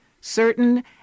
Certain